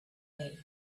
while